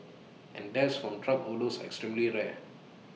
and deaths from drug are extremely rare